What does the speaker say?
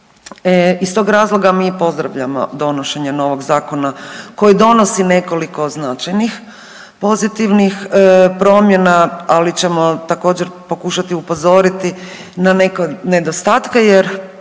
Iz tog razloga mi pozdravljamo donošenje novog zakona koji donosi nekoliko značajnih pozitivnih promjena ali ćemo također pokušati upozoriti na neke nedostatke jer